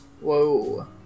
Whoa